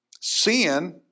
sin